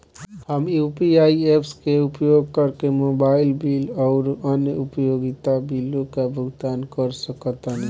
हम UPI apps के उपयोग करके मोबाइल बिल आउर अन्य उपयोगिता बिलों का भुगतान कर सकतानी